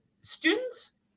students